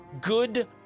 good